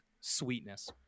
sweetness